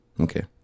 okay